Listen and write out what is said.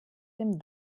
dem